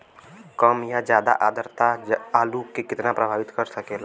कम या ज्यादा आद्रता आलू के कितना प्रभावित कर सकेला?